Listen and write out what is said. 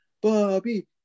Bobby